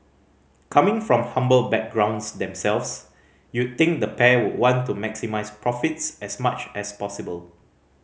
coming from humble backgrounds themselves you'd think the pair would want to maximise profits as much as possible